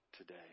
today